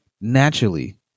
naturally